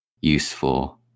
useful